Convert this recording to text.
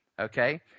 Okay